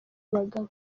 abagabo